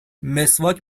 مسواک